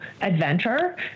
adventure